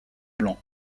blanc